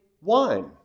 wine